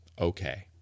okay